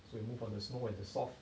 so we move on the snow at the soft